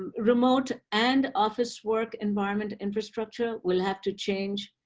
remote and office work environment infrastructure will have to change.